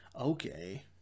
okay